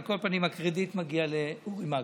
על כל פנים, הקרדיט מגיע לאורי מקלב.